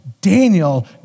Daniel